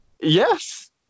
Yes